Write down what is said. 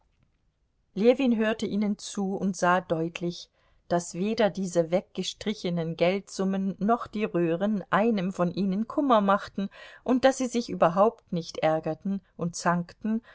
ljewin hörte ihnen zu und sah deutlich daß weder diese weggestrichenen geldsummen noch die röhren einem von ihnen kummer machten und daß sie sich überhaupt nicht ärgerten und zankten